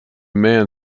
man